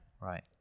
Right